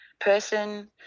person